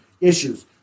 issues